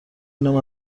اینم